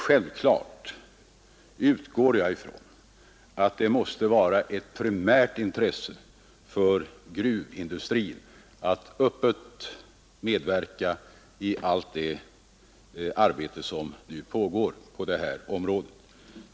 Självfallet utgår jag ifrån att det måste vara ett primärt intresse för gruvindustrin att öppet medverka i allt det arbete som nu pågår på detta område.